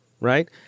Right